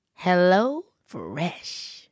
HelloFresh